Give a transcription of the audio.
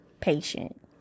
patient